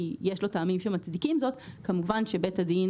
כי יש לי טעמים שמצדיקים זאת כמובן שבית הדין,